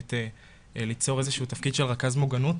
באמת ליצור איזשהו תפקיד של רכז מוגנות,